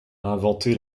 inventé